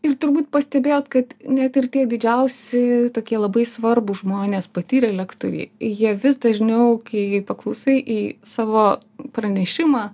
ir turbūt pastebėjote kad net ir tie didžiausi tokie labai svarbūs žmonės patyrę lektoriai jie vis dažniau kai paklausai į savo pranešimą